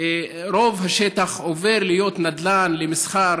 רוב השטח עובר להיות נדל"ן למסחר.